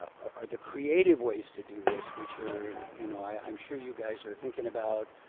ah are the creative ways to do this, which are you know i'm sure you guys are thinking about.